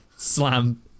slam